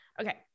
Okay